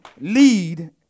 lead